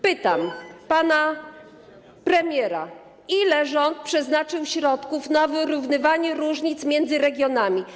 Pytam pana premiera: Ile rząd przeznaczył środków na wyrównywanie różnic między regionami?